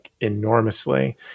enormously